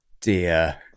dear